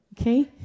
Okay